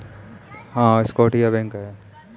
Scotland का सबसे बड़ा बैंक स्कॉटिया बैंक है